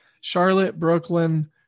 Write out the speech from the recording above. Charlotte-Brooklyn